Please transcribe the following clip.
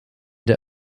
der